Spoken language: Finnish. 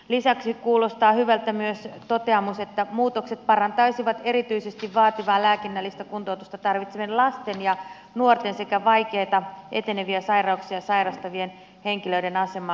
lisäksi kuulostaa hyvältä myös toteamus että muutokset parantaisivat erityisesti vaativaa lääkinnällistä kuntoutusta tarvitsevien lasten ja nuorten sekä vaikeita eteneviä sairauksia sairastavien henkilöiden asemaa